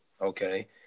Okay